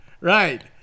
right